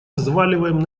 взваливаем